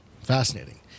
Fascinating